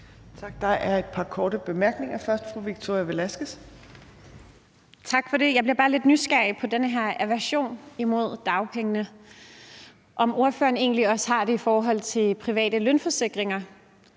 Der er et par korte bemærkninger. Først fru Victoria Velasquez. Kl. 15:26 Victoria Velasquez (EL): Tak for det. Jeg bliver bare lidt nysgerrig på den her aversion imod dagpengene – om ordføreren egentlig også har den i forhold til private lønforsikringer,